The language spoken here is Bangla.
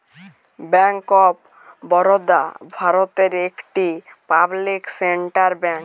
ব্যাঙ্ক অফ বারদা ভারতের একটি পাবলিক সেক্টর ব্যাঙ্ক